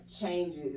changes